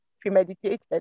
premeditated